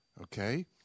Okay